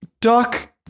Doc